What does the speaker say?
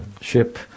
ship